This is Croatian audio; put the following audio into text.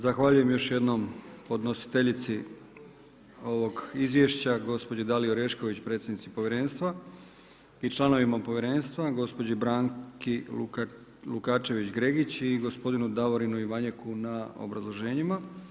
Zahvaljujem još jednom podnositeljici ovog izvješća, gospođi Daliji Orešković, predsjednici povjerenstva i članovima povjerenstva, gospođi Branki Lukačević Gregić i gospodinu Davorinu Ivanjeku na obrazloženjima.